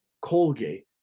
Colgate